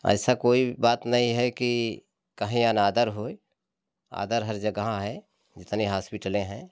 ऐसा कोई बात नहीं है कि कहीं अनादर हो आदर हर जगहा हैं जितने होस्पिटलें हैं